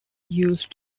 used